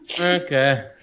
Okay